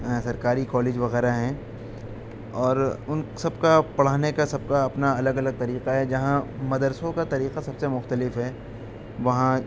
سرکاری کالج وغیرہ ہیں اور ان سب کا پڑھانے کا سب کا اپنا الگ الگ طریقہ ہے جہاں مدرسوں کا طریقہ سب سے مختلف ہے وہاں